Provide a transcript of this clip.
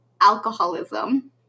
alcoholism